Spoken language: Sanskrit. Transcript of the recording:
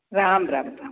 राम् राम् राम्